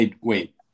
Wait